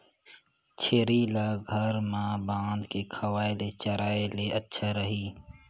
छेरी ल घर म बांध के खवाय ले चराय ले अच्छा रही?